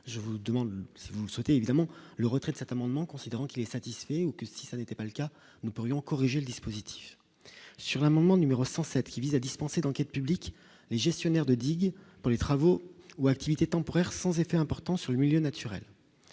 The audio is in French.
je vous demande si vous souhaitez évidemment le retrait de cet amendement, considérant qu'il est satisfait aucune si ce n'était pas le cas, nous pourrions corriger le dispositif sur un moment numéro 107 qui vise à dispenser d'enquête publique gestionnaire de Didier dans les travaux ou activité temporaire sans effets importants sur le milieu naturel,